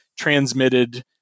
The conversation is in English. transmitted